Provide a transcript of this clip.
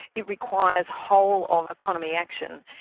it requires a whole of economy action.